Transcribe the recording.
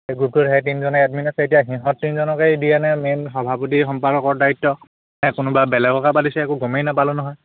সেই গ্ৰুপটোত সেই তিনিজনে এডমিন আছে এতিয়া সিহঁত তিনিজনকে দিয়ে নে মেইন সভাপতি সম্পাদকৰ দায়িত্ব নে কোনোবা বেলেগকে পাতিছে একো গমেই নাপালো নহয়